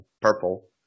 purple